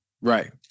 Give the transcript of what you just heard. Right